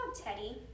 Teddy